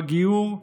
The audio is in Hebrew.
בגיור,